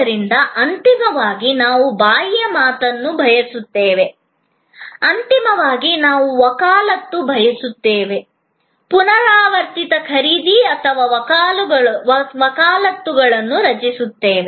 ಏಕೆಂದರೆ ಅಂತಿಮವಾಗಿ ನಾವು ಬಾಯಿ ಮಾತನ್ನು ಬಯಸುತ್ತೇವೆ ಅಂತಿಮವಾಗಿ ನಾವು ವಕಾಲತ್ತು ಬಯಸುತ್ತೇವೆ ಪುನರಾವರ್ತಿತ ಖರೀದಿ ಮತ್ತು ವಕಾಲತ್ತುಗಳನ್ನು ರಚಿಸುತ್ತೇವೆ